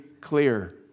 clear